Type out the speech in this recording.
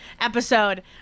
episode